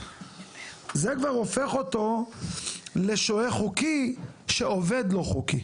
זה כבר הופך אותו לשוהה חוקי של עובד לא חוקי.